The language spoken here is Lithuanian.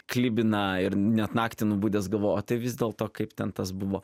klibina ir net naktį nubudęs gavo o tai vis dėlto kaip ten tas buvo